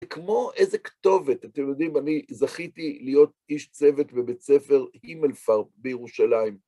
כמו איזה כתובת, אתם יודעים, אני זכיתי להיות איש צוות בבית ספר הימלפרד בירושלים.